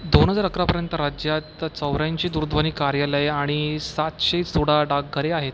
दोन हजार अकरापर्यंत राज्यात चौऱ्याऐंशी दूरध्वनी कार्यालयं आणि सातशे सोळा डाकघरे आहेत